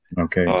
Okay